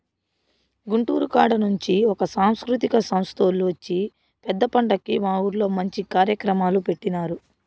గుంటూరు కాడ నుంచి ఒక సాంస్కృతిక సంస్తోల్లు వచ్చి పెద్ద పండక్కి మా ఊర్లో మంచి కార్యక్రమాలు పెట్టినారు